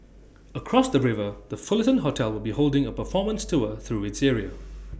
across the river the Fullerton hotel will be holding A performance tour through its area